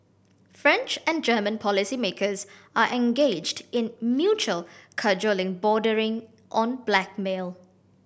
French and German policymakers are engaged in mutual cajoling bordering on blackmail